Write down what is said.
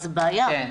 זו בעיה,